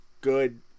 good